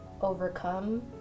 overcome